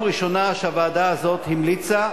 הוועדה הזאת המליצה,